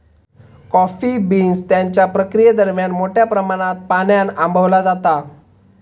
coffee beans त्यांच्या प्रक्रियेदरम्यान मोठ्या प्रमाणात पाण्यान आंबवला जाता